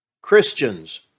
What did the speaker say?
Christians